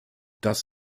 das